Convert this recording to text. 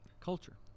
Culture